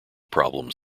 problems